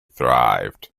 thrived